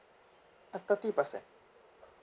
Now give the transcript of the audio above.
uh thirty percent